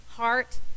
heart